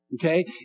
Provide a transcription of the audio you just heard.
Okay